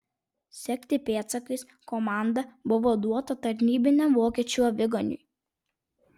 sekti pėdsakais komanda buvo duota tarnybiniam vokiečių aviganiui